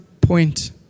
point